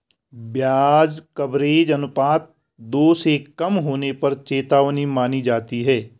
ब्याज कवरेज अनुपात दो से कम होने पर चेतावनी मानी जाती है